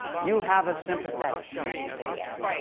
you have a sympathetic savior.